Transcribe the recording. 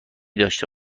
داشته